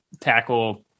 tackle